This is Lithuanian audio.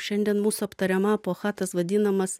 šiandien mūsų aptariama epocha tas vadinamas